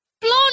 blonde